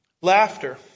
Laughter